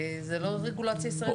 זה פרויקט אחר לגמרי.